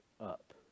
up